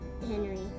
Henry